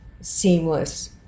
seamless